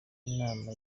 inama